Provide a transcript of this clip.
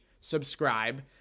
subscribe